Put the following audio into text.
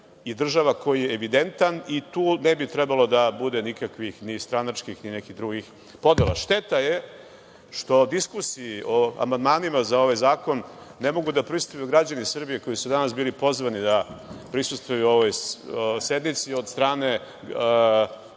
i država, koji je evidentan i tu ne bi trebalo da bude nikakvih, ni stranačkih ni nekih drugih, podela. Šteta je što diskusiji o amandmanima za ovaj zakon ne mogu da prisustvuju građani Srbije koji su danas bili pozvani da prisustvuju ovoj sednici od strane